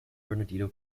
bernardino